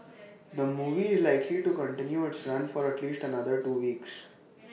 the movie is likely to continue its run for at least another two weeks